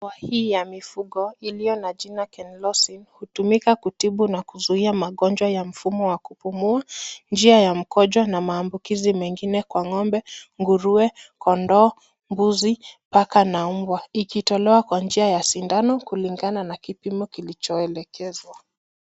Dawa hii ya mifugo iliyo na jina Kenlosin hutumika kutibu na kuzuia magonjwa ya mfumo ya kupumua, njia ya mkojo na maambukizi mengine kwa ng'ombe, nguruwe, kondoo, mbuzi, paka na mbwa ikitolewa kwa njia ya sindano kulingana na kipimo kilicho elekezwa.